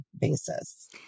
basis